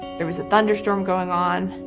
there was a thunderstorm going on.